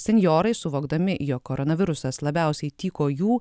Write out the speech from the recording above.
senjorai suvokdami jog koronavirusas labiausiai tyko jų